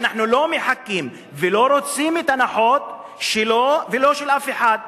ואנחנו לא מחכים ולא רוצים את ההנחות שלה ולא של אף אחד,